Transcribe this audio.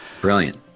Brilliant